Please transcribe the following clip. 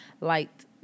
liked